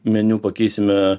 meniu pakeisime